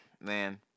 man